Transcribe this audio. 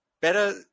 Better